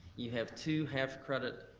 you have two half-credit